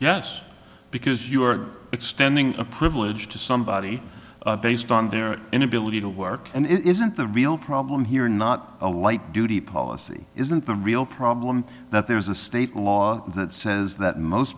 yes because you're extending a privilege to somebody based on their inability to work and it isn't the real problem here not a light duty policy isn't the real problem that there is a state law that says that most